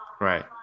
Right